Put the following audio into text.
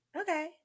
Okay